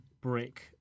brick